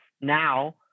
now